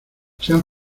sean